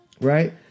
right